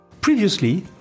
Previously